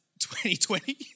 2020